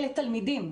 אלה תלמידים,